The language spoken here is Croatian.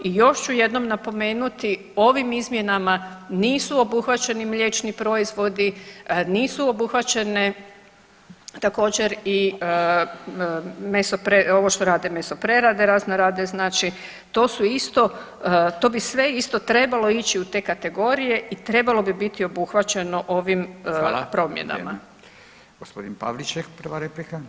I još ću jednom napomenuti, ovim izmjenama nisu obuhvaćeni mliječni proizvodi, nisu obuhvaćene također i ovo što rade mesoprerade raznorazne znači to bi sve isto trebalo ići u te kategorije i trebalo bi biti obuhvaćeno ovim promjenama.